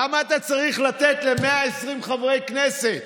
למה אתה צריך לתת ל-120 חברי הכנסת?